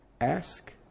ask